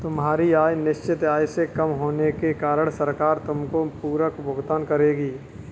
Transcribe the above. तुम्हारी आय निश्चित आय से कम होने के कारण सरकार तुमको पूरक भुगतान करेगी